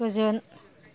गोजोन